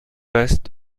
passe